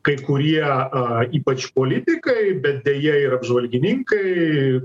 kai kurie a ypač politikai bet deja ir apžvalgininkai